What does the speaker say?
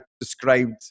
described